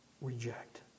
Reject